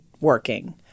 working